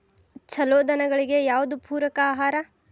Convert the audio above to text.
ಛಲೋ ದನಗಳಿಗೆ ಯಾವ್ದು ಪೂರಕ ಆಹಾರ?